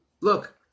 Look